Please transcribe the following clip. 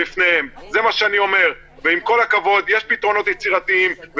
גם אנחנו בהתאחדות המלאכה והתעשייה מייצגים עסקים יצרניים קטנים